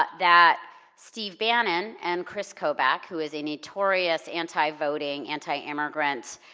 but that steve bannon and kris kobach, who is a notorious anti-voting, anti-immigrant